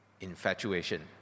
infatuation